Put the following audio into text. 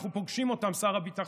אנחנו פוגשים אותם, שר הביטחון,